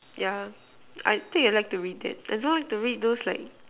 yeah I think I like to read that as long to read those like